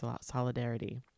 solidarity